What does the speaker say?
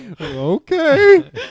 Okay